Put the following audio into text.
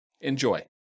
Enjoy